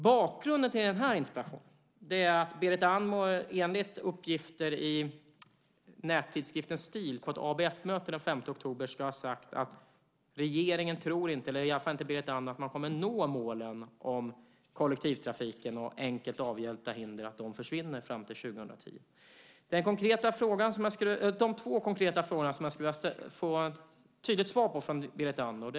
Bakgrunden till den här interpellationen är att Berit Andnor enligt uppgifter i nättidskriften Stiletten på ett ABF-möte den 5 oktober ska ha sagt att regeringen inte tror - i alla fall inte Berit Andnor - att man kommer att nå målen om kollektivtrafiken och att enkelt avhjälpta hinder ska försvinna fram till 2010. Jag har två konkreta frågor som jag skulle vilja få ett tydligt svar på från Berit Andnor.